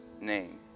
name